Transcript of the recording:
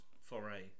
foray